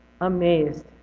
amazed